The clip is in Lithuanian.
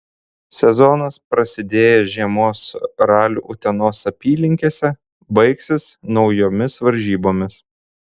sezonas prasidėjęs žiemos raliu utenos apylinkėse baigsis naujomis varžybomis